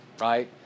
Right